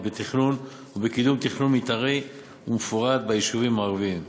בתכנון ובקידום של תכנון מתארי ומפורט ביישובים הערביים.